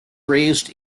raised